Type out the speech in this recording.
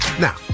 Now